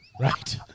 right